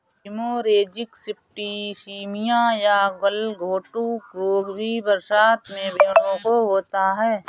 haemorrhagic septicaemia या गलघोंटू रोग भी बरसात में भेंड़ों को होता है